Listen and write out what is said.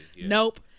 Nope